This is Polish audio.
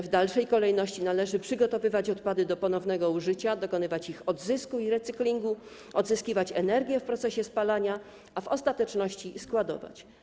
W dalszej kolejności należy przygotowywać odpady do ponownego użycia, dokonywać ich odzysku i recyklingu, odzyskiwać energię w procesie ich spalania, a w ostateczności je składować.